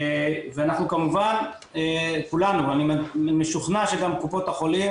ואנחנו כמובן כולנו ואני משוכנע שגם קופות החולים,